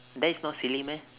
that is not silly meh